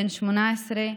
בן 18,